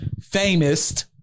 famous